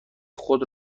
خود